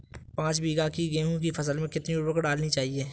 पाँच बीघा की गेहूँ की फसल में कितनी उर्वरक डालनी चाहिए?